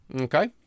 Okay